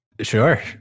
Sure